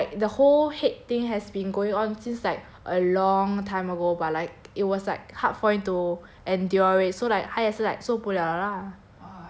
ya and like the whole hate thing has been going on since like a long time ago but like it was like hard for him to endure it so like 他也是 like 受不了 lah